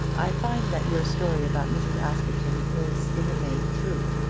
i find that your story about mrs. askerton is in the main true.